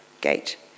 gate